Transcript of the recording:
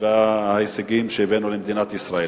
וההישגים שהבאנו למדינת ישראל.